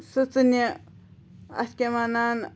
سٕژٕنہِ اَتھ کیٛاہ وَنان